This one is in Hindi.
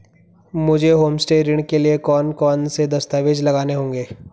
मुझे होमस्टे ऋण के लिए कौन कौनसे दस्तावेज़ लगाने होंगे?